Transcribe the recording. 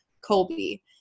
Colby